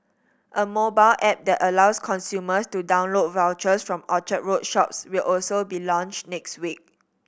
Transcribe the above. a mobile app that allows consumers to download vouchers from Orchard Road shops will also be launched next week